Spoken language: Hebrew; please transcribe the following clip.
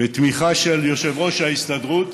בתמיכה של יושב-ראש ההסתדרות,